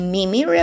Mimi